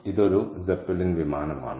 ഇതൊരു സെപ്പെലിൻ വിമാനമാണ്